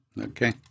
Okay